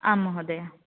आम् महोदय